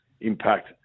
impact